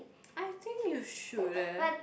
I think you should eh